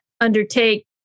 undertake